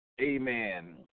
amen